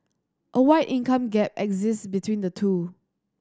a wide income gap exist between the two